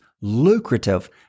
lucrative